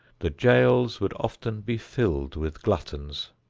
the jails would often be filled with gluttons.